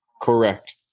Correct